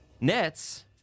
Nets